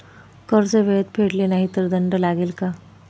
कर्ज वेळेत फेडले नाही तर दंड लागेल का?